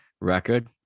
record